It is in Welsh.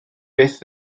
fyth